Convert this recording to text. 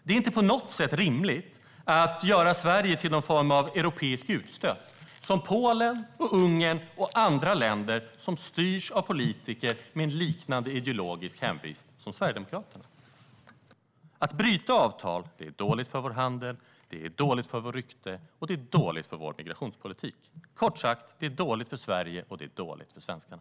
Det är inte på något sätt rimligt att göra Sverige till någon form av europeiskt utstött land, som Polen, Ungern och andra länder som styrs av politiker med liknande ideologisk hemvist som Sverigedemokraterna. Att bryta avtal är dåligt för vår handel, dåligt för vårt rykte och dåligt för vår migrationspolitik. Kort sagt: Det är dåligt för Sverige och dåligt för svenskarna.